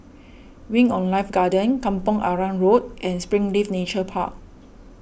Wing on Life Garden Kampong Arang Road and Springleaf Nature Park